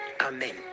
amen